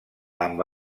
amb